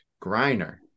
Griner